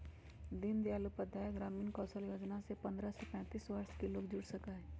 दीन दयाल उपाध्याय ग्रामीण कौशल योजना से पंद्रह से पैतींस वर्ष के लोग जुड़ सका हई